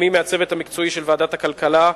גם היא מהצוות המקצועי של ועדת הכלכלה.